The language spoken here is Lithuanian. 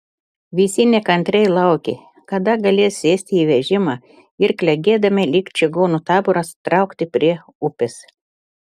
visi nekantriai laukė kada galės sėsti į vežimą ir klegėdami lyg čigonų taboras traukti prie upės